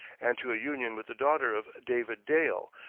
and to a union with the daughter of david dale,